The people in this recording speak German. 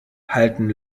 halten